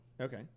okay